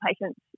patients